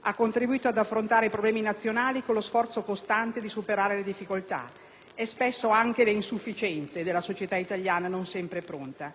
ha contribuito ad affrontare problemi nazionali con lo sforzo costante di superare le difficoltà e spesso anche le insufficienze di una società italiana non sempre pronta.